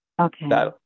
Okay